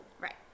Right